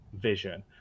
vision